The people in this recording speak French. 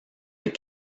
des